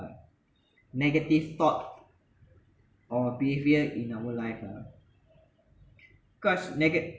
negative thought or behaviour in our life lah because nega~